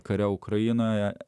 kare ukrainoje